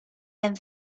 and